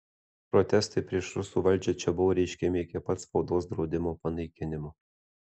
protestai prieš rusų valdžią čia buvo reiškiami iki pat spaudos draudimo panaikinimo